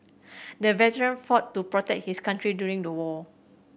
the veteran fought to protect his country during the war